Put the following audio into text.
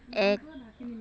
এক